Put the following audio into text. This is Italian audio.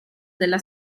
della